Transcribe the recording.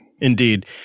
Indeed